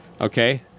okay